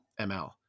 ML